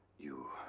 you.